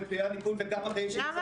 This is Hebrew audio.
ויחזק את